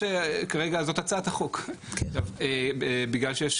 כרגע זאת הצעת החוק, בגלל שיש